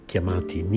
chiamati